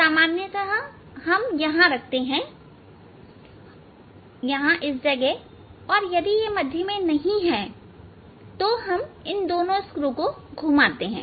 सामान्यतः हम यहां रखते हैं और तब यदि यह मध्य में नहीं है तो हम इन दोनों स्क्रू को घुमाते हैं